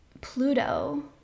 Pluto